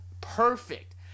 perfect